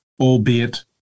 albeit